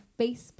Facebook